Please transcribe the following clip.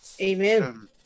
Amen